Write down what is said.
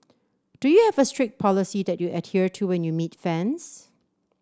do you have a strict policy that you adhere to when you meet fans